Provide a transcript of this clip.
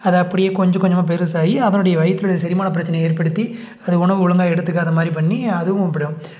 அது அப்டியே கொஞ்சம் கொஞ்சமாக பெருசாகி அதனுடைய வயிற்றுனுடைய செரிமானப் பிரச்சனையை ஏற்படுத்தி அது உணவு ஒழுங்கா எடுத்துக்காத மாதிரி பண்ணி அதுவும் அப்புறம்